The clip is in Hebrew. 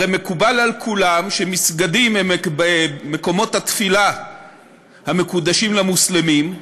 הרי מקובל על כולם שמסגדים הם מקומות התפילה המקודשים למוסלמים,